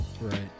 Right